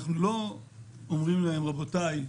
אנחנו לא אומרים להם: רבותיי,